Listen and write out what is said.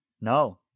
No